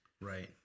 Right